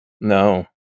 no